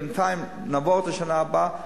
בינתיים נעבור את השנה הבאה,